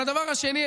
אבל הדבר השני,